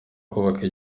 kubaka